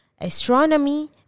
astronomy